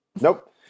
Nope